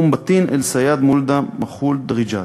אום-בטין, א-סייד, מולדה, מכחול, דריג'את.